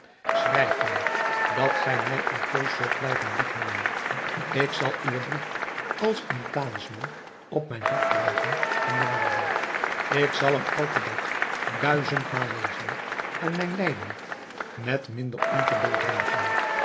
schrijf mij dat gij mij altoos zult blijven liefhebben ik zal uwen brief als een talisman op mijn hart dragen en bewaren ik zal hem elken dag duizendmaal lezen en mijn lijden met minder ongeduld dragen